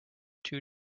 two